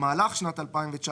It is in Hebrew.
לפני תחילת שנת 2019